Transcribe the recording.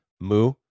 Moo